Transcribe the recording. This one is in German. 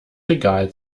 regal